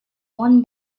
won